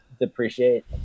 depreciate